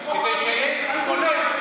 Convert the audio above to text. כדי שיהיה ייצוג הולם,